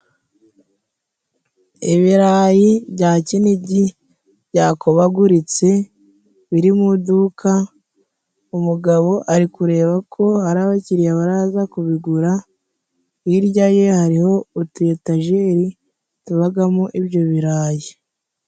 Ibirayi bya Kinigi byakobaguritse biri mu iduka. Umugabo ari kureba ko hari abakiriya baraza kubigura, hirya ye hariho utuyetajeri tubagamo ibyo birayi.